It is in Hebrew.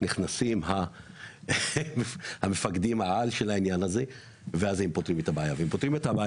אחר כך נכנסים מפקדי העל ואז הם פותרים את הבעיה.